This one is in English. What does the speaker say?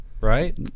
right